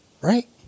right